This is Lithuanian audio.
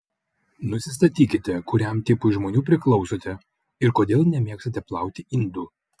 nusistatykite kuriam tipui žmonių priklausote ir kodėl nemėgstate plauti indų